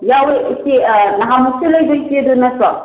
ꯌꯥꯎꯋꯦ ꯏꯆꯦ ꯅꯍꯥꯟꯃꯨꯛꯁꯨ ꯂꯩꯕ ꯏꯆꯦꯗꯣ ꯅꯠꯇ꯭ꯔꯣ